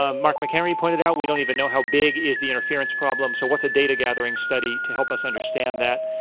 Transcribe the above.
ah mark mchenry pointed out we don't even know how big is the interference problem, so what's a data gathering study to help us understand that?